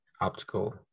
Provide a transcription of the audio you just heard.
optical